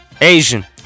Asian